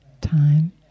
time